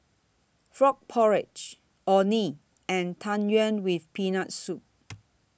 Frog Porridge Orh Nee and Tang Yuen with Peanut Soup